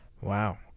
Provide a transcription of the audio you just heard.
Wow